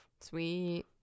sweet